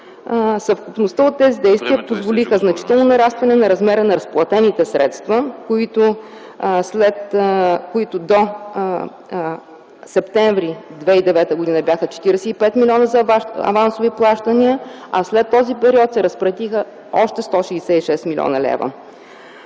Съвкупността от тези действия позволиха значително нарастване на размера на разплатените средства, които до м. септември 2009 г. бяха 45 милиона за авансови плащания, а след този период се разплатиха още 166 млн. лв.